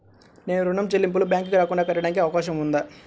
నేను ఋణం చెల్లింపులు బ్యాంకుకి రాకుండా కట్టడానికి అవకాశం ఉందా?